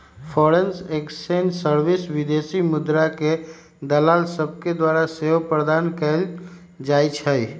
foreign exchange service विदेशी मुद्राके दलाल सभके द्वारा सेहो प्रदान कएल जाइ छइ